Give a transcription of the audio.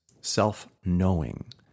self-knowing